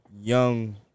young